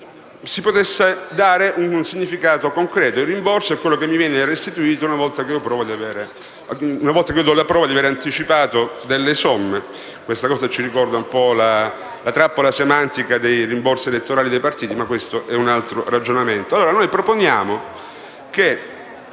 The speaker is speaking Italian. si conferisca un significato concreto: il rimborso è quello che mi viene restituito una volta che do la prova di aver anticipato delle somme (questa definizione ricorda la trappola semantica dei rimborsi elettorali dei partiti, ma questo è un altro ragionamento). Noi proponiamo allora